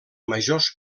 majors